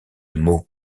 meaux